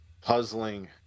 Puzzling